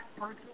person